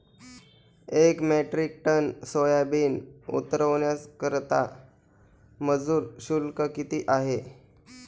एक metric tonne soybean उतरवण्याकरता मजूर शुल्क किती आहे?